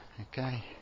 Okay